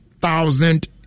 thousand